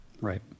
Right